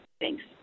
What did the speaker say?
Thanks